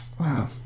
Wow